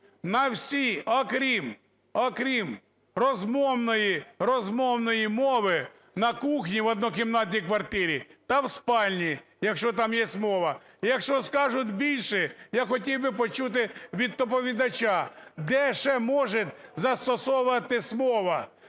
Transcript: розмовної, розмовної мови на кухні в однокімнатній квартирі та в спальні, якщо там є мова. Якщо скажуть більше… Я хотів би почути від доповідача, де ще може застосовуватися мова?